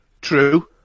True